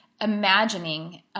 imagining